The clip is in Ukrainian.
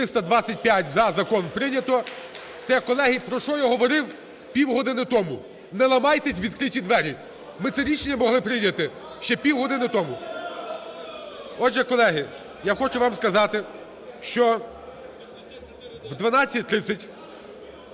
За-325 Закон прийнято. Все, колеги, про що я говорив півгодини тому, не ламайтесь у відкриті двері, ми це рішення могли прийняти ще півгодини тому. Отже, колеги, я хочу вам сказати, що о 12:30